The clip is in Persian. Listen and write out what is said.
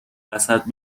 وسط